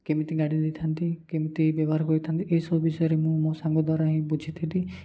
କେମିତି ଗାଡ଼ି ଦେଇଥାନ୍ତି କେମିତି ବ୍ୟବହାର କରିଥାନ୍ତି ଏସବୁ ବିଷୟରେ ମୁଁ ମୋ ସାଙ୍ଗ ଦ୍ୱାରା ହିଁ ବୁଝିଥିଲି